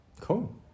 cool